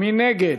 מי נגד?